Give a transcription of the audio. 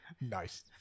Nice